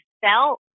felt